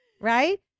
Right